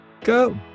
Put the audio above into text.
go